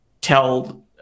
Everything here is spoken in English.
tell